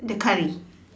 the curry